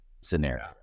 scenario